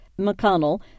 McConnell